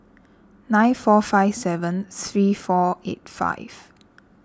nine four five seven three four eight five